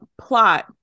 plot